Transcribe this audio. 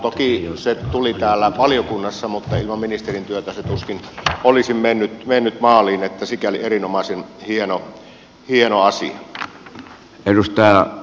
toki se tuli täällä valiokunnassa mutta ilman ministerin työtä se tuskin olisi mennyt maaliin että sikäli erinomaisen hieno asia